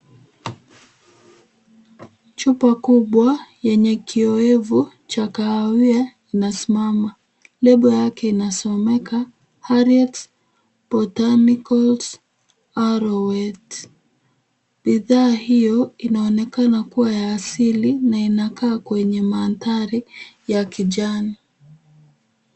Chupa kubwa yenye kiowevu cha kahawia inasimama. Lebo yake inasomeka Ariet botanicals Arrowet . Bidhaa hiyo inaonekana kuwa ya asili na ina kaa kwenye mandhari ya kijani.